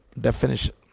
definition